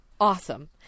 awesome